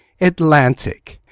Atlantic